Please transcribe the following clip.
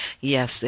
yes